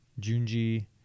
Junji